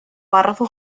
párrafo